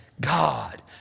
God